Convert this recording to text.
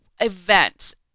event